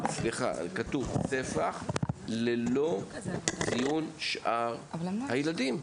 כתוב, ספח ללא ציון שאר הילדים.